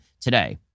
today